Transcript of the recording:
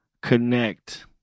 connect